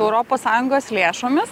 europos sąjungos lėšomis